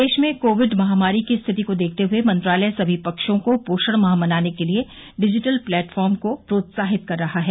देश में कोविड महामारी की स्थिति को देखते हुए मंत्रालय सभी पक्षों को पोषण माह मनाने के लिए डिजिटल प्लेटफार्म को प्रोत्साहित कर रहा है